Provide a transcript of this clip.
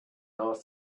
asked